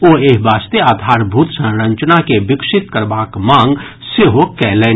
ओ एहि वास्ते आधारभूत संरचना के विकसित करबाक मांग सेहो कयलनि